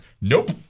nope